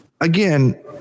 Again